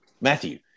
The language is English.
Matthew